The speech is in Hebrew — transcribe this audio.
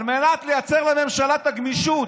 על מנת לייצר לממשלה את הגמישות.